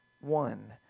one